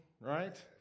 right